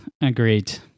agreed